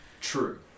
True